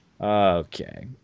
okay